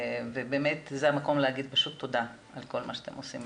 באמת זה המקום להגיד תודה על כל מה שאתם עושים.